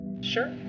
sure